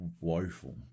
woeful